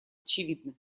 очевидна